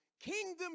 Kingdom